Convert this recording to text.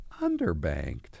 underbanked